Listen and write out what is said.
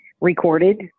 recorded